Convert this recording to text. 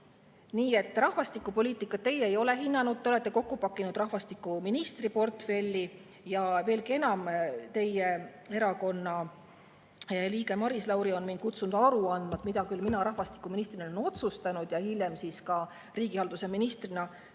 Nii et rahvastikupoliitikat teie ei ole hinnanud, te olete kokku pakkinud rahvastikuministri portfelli ja veelgi enam, teie erakonna liige Maris Lauri on mind kutsunud aru andma, et mida küll mina rahvastikuministrina ja hiljem ka riigihalduse ministrina olen